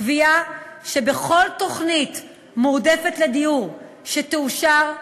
קביעה שבכל תוכנית מועדפת לדיור שתאושר,